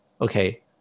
okay